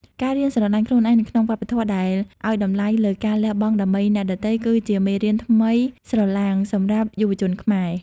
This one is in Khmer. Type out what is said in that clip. ការរៀនស្រឡាញ់ខ្លួនឯង នៅក្នុងវប្បធម៌ដែលឱ្យតម្លៃលើការលះបង់ដើម្បីអ្នកដទៃ គឺជាមេរៀនដ៏ថ្មីស្រឡាងសម្រាប់យុវជនខ្មែរ។